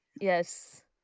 Yes